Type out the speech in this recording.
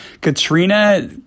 Katrina